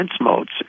modes